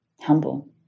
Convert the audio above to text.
humble